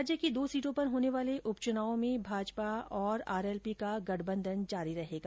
राज्य के दो सीटों पर होने वाले उपचुनाव में भाजपा और आरएलपी का गठबंधन जारी रहेगा